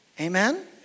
Amen